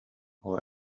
our